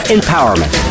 Empowerment